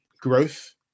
growth